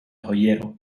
joyero